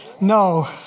no